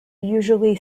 usually